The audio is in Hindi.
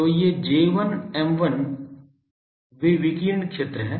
तो ये J1 M1 वे विकिरण क्षेत्र हैं